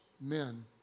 men